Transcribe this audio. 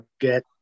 get